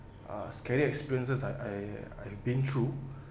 uh scary experiences I I I been through